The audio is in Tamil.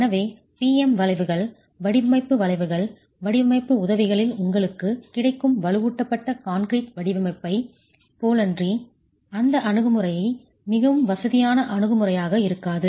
எனவே P M வளைவுகள் வடிவமைப்பு வளைவுகள் வடிவமைப்பு உதவிகளில் உங்களுக்குக் கிடைக்கும் வலுவூட்டப்பட்ட கான்கிரீட் வடிவமைப்பைப் போலன்றி அந்த அணுகுமுறை மிகவும் வசதியான அணுகுமுறையாக இருக்காது